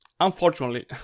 Unfortunately